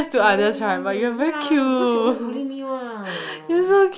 you very mean eh ya because you always bully me one